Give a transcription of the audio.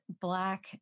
Black